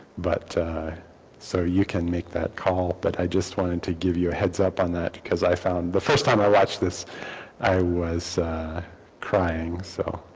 but so you can make that call. but i just wanted to give you a heads up on that because i found the first time i watched this i was crying. so